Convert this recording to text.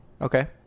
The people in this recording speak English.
Okay